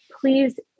please